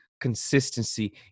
Consistency